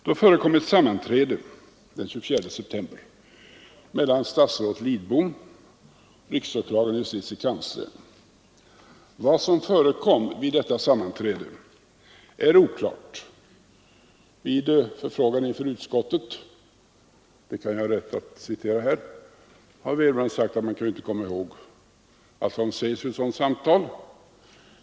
Den 24 september förekom ett sammanträde mellan statsrådet Lidbom, riksåklagaren och justitiekanslern. Vad som förekom vid detta sammanträde är oklart. Vid förfrågan inför utskottet — det kan jag ha rätt att citera här — har vederbörande sagt att man inte kan komma ihåg allt som sägs vid ett sådant samtal.